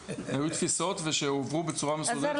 תפיסות והועברו בצורה מסודרת 52. לייזר,